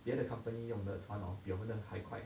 别的 company 用的船 hor 比我们的还快